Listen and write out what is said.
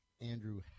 Andrew